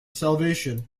salvation